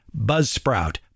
Buzzsprout